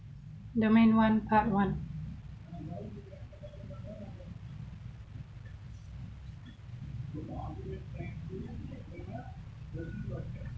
domain one part one